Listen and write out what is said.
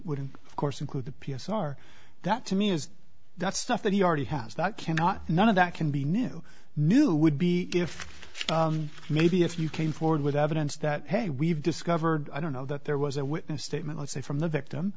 d of course include the p s r that to me is that stuff that he already has that cannot none of that can be new new would be if maybe if you came forward with evidence that hey we've discovered i don't know that there was a witness statement let's say from the victim